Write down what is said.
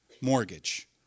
mortgage